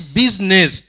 business